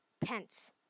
Pence